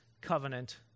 covenant